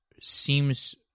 seems